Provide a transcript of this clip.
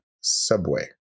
Subway